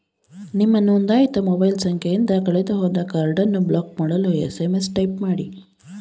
ನಿಮ್ಮ ನೊಂದಾಯಿತ ಮೊಬೈಲ್ ಸಂಖ್ಯೆಯಿಂದ ಕಳೆದುಹೋದ ಕಾರ್ಡನ್ನು ಬ್ಲಾಕ್ ಮಾಡಲು ಎಸ್.ಎಂ.ಎಸ್ ಟೈಪ್ ಮಾಡಿ